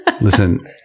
Listen